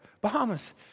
Bahamas